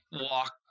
walk